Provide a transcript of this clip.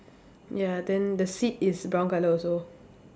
ya then the seat is brown colour also